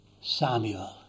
Samuel